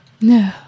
No